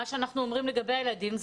מה שאנחנו אומרים לגבי הילדים,